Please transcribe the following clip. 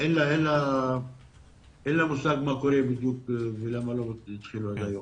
אין לה מושג מה קורה בדיוק ולמה לא התחילו עד היום.